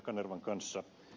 kanervan kanssa